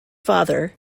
father